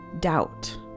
doubt